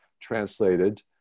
translated